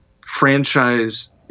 franchise